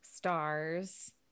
stars